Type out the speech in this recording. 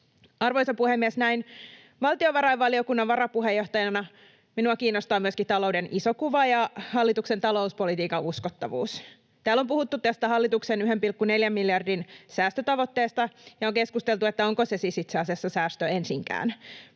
Arvoisa puhemies! Näin valtiovarainvaliokunnan varapuheenjohtajana minua kiinnostaa myöskin talouden iso kuva ja hallituksen talouspolitiikan uskottavuus. Täällä on puhuttu tästä hallituksen 1,4 miljardin säästötavoitteesta ja on keskusteltu siitä, onko se siis itse asiassa säästö ensinkään.